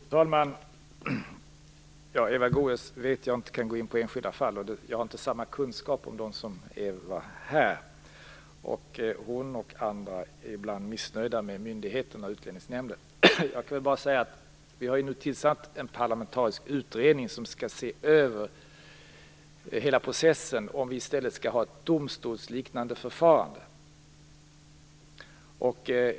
Fru talman! Eva Goës vet att jag inte kan gå in på enskilda fall, och jag har inte samma kunskaper som Eva Goës har om de fall som hon tog upp. Hon och andra är ibland missnöjda med myndigheterna och Vi har nu tillsatt en parlamentarisk utredning som skall se över hela processen, om vi i stället skall ha ett domstolsliknande förfarande.